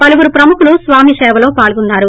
పలువురు ప్రముఖులు స్వామి సేవలో పాల్గొన్నారు